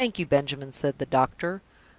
thank you, benjamin, said the doctor.